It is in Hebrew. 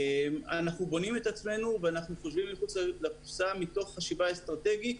אנחנו בונים את עצמנו ואנחנו חושבים מחוץ לקופסה מתוך חשיבה אסטרטגית,